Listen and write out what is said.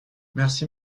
merci